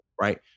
Right